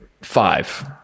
five